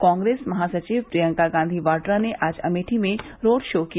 कांग्रेस महासचिव प्रियंका गांधी बाह्रा ने आज अमेठी में रोड शो किया